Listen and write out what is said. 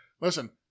Listen